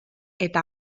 eta